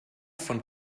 von